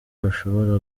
bashobora